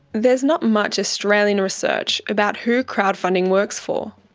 there's not much australian research about who crowdfunding works for,